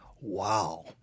Wow